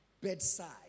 bedside